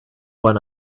one